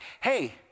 hey